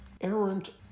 errant